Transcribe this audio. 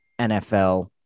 NFL